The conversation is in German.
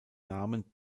namen